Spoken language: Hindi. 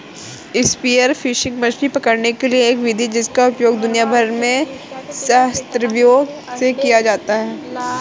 स्पीयर फिशिंग मछली पकड़ने की एक विधि है जिसका उपयोग दुनिया भर में सहस्राब्दियों से किया जाता रहा है